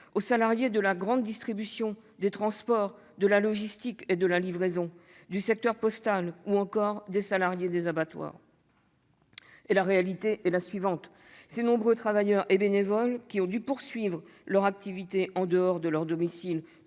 aux salariés de la grande distribution, des transports, de la logistique et de la livraison, du secteur postal ou encore aux salariés des abattoirs ... La réalité est la suivante : ces nombreux travailleurs et bénévoles, qui ont dû poursuivre leur activité en dehors de leur domicile